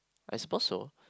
I suppose so